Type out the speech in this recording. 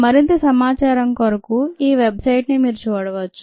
మరింత సమాచారం కొరకు ఈ వెబ్ సైట్ ని మీరు చూడవచ్చు